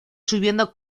subiendo